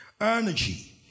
energy